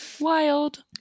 wild